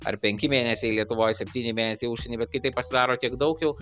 ar penki mėnesiai lietuvoj septyni mėnesiai į užsieny bet kai tai pasidaro tiek daug jau